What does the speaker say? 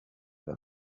them